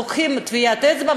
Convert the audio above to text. לוקחים טביעת אצבע,